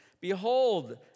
Behold